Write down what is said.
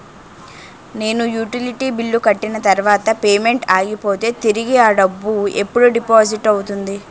నేను utility bill కట్టిన తర్వాత పేమెంట్ ఆగిపోతే తిరిగి అ డబ్బు ఎప్పుడు డిపాజిట్ అవుతుంది?